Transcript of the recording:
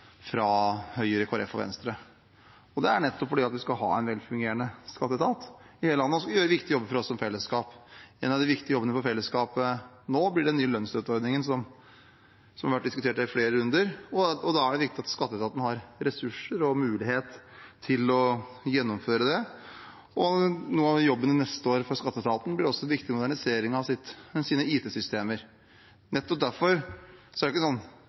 fra Høyre, Kristelig Folkeparti og Venstre. Det er nettopp fordi vi skal ha en velfungerende skatteetat i hele landet, og som gjør en viktig jobb for oss som fellesskap. En av de viktige jobbene for fellesskapet nå blir den nye lønnsstøtteordningen, som har vært diskutert her i flere runder, og da er det viktig at skatteetaten har ressurser og mulighet til å gjennomføre det. En viktig jobb neste år for skatteetaten blir også moderniseringen av deres IT-systemer. Når en tenker politiske prioriteringer, er kanskje ikke